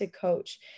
coach